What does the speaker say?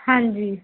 ਹਾਂਜੀ